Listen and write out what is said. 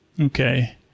Okay